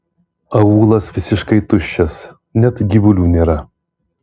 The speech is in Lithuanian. aūlas visiškai tuščias net gyvulių nėra